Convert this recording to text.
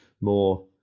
more